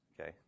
Okay